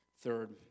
Third